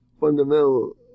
fundamental